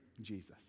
Jesus